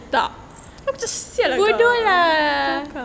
bodoh lah